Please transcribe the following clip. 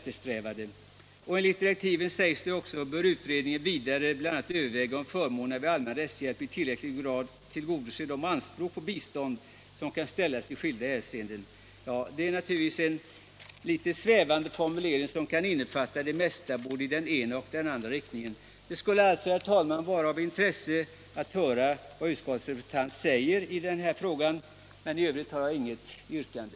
Det står sedan i betänkandet: ”Enligt direktiven bör utredningen vidare bl.a. överväga om förmånerna vid allmän rättshjälp i tillräcklig grad Nr 84 tillgodoser de anspråk på bistånd som kan ställas i skilda hänseenden.” Torsdagen den Det är en litet svävande formulering, som kan innefatta det mesta i 10 mars 1977 både den ena och den andra riktningen. Det skulle alltså, herr talman, vara av intresse att höra vad utskotts — Rättshjälp representanten säger i den här frågan. Men i övrigt har jag inget yrkande.